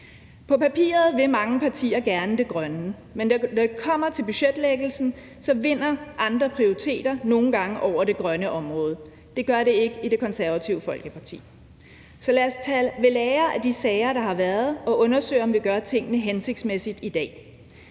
På papiret vil mange partier gerne det grønne, men når det kommer til budgetlæggelsen, vinder andre prioriteter nogle gange over det grønne område. Det gør det ikke i Det Konservative Folkeparti. Så lad os tage ved lære af de sager, der har været, og undersøge, om vi gør tingene hensigtsmæssigt i dag.